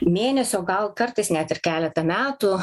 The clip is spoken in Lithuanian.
mėnesių o gal kartais net ir keletą metų